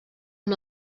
amb